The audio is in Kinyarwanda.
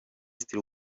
ati